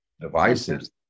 devices